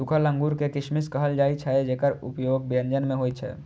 सूखल अंगूर कें किशमिश कहल जाइ छै, जेकर उपयोग व्यंजन मे होइ छै